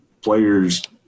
players